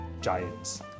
giants